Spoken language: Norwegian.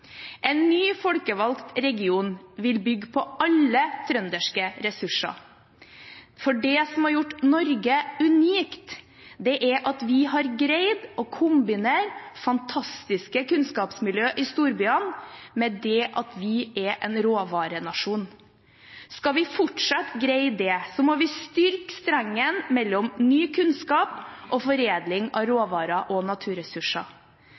En ny folkevalgt region vil bygge på alle trønderske ressurser, for det som har gjort Norge unikt, er at vi har greid å kombinere fantastiske kunnskapsmiljøer i storbyene med det at vi er en råvarenasjon. Skal vi fortsatt greie det, må vi styrke strengen mellom ny kunnskap og foredling av råvarer og naturressurser.